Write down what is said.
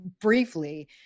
briefly